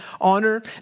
honor